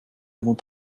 avons